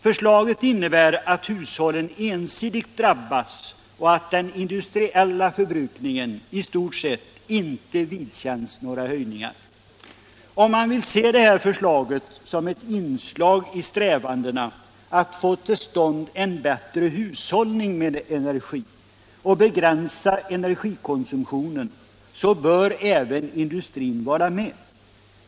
Förslaget innebär att hushållen ensidigt drabbas och att den industriella förbrukningen i stort sett inte vidkänns några höjningar. Vill man se det här förslaget som ett inslag i strävandena att få till stånd en bättre hushållning med energin och begränsa energikonsumtionen, så bör även industrin vara med.